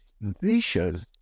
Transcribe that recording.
vision